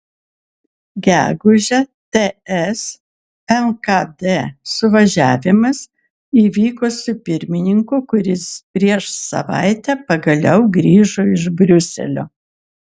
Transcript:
gegužę ts lkd suvažiavimas įvyko su pirmininku kuris prieš savaitę pagaliau grįžo iš briuselio